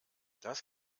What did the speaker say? das